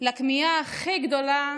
לכמיהה הכי גדולה